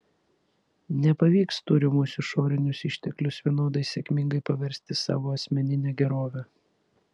nepavyks turimus išorinius išteklius vienodai sėkmingai paversti savo asmenine gerove